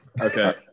Okay